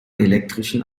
elektrischen